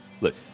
look